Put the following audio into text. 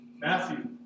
Matthew